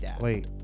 Wait